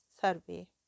survey